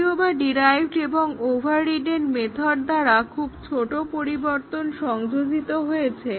যদিওবা ডিরাইভড এবং overridden method দ্বারা খুব ছোট পরিবর্তন সংযোজিত হয়েছে